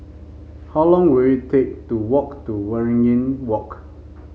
how long will it take to walk to Waringin Walk